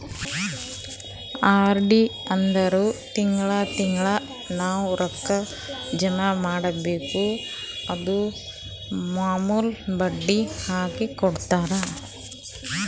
RD ಅಂದುರ್ ತಿಂಗಳಾ ತಿಂಗಳಾ ನಾವ್ ರೊಕ್ಕಾ ಜಮಾ ಮಾಡ್ಬೇಕ್ ಅದುರ್ಮ್ಯಾಲ್ ಬಡ್ಡಿ ಹಾಕಿ ಕೊಡ್ತಾರ್